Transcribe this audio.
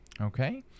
Okay